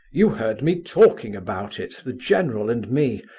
you heard me talking about it, the general and me.